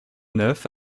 neuf